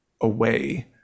away